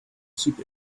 keep